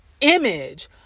image